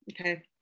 Okay